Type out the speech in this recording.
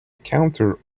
counter